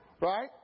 right